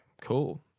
cool